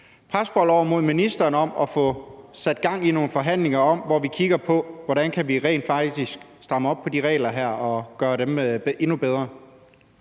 presbold over mod ministeren om at få sat gang i nogle forhandlinger, hvor vi kigger på, hvordan vi rent faktisk kan stramme op på de regler og gøre dem endnu bedre?